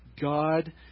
God